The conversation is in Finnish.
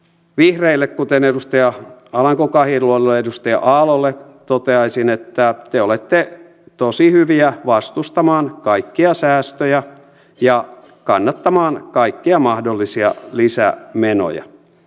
vihreille kuten edustaja alanko kahiluodolle ja edustaja aallolle toteaisin että te olette tosi hyviä vastustamaan kaikkia säästöjä ja kannattamaan kaikkia mahdollisia lisämenoja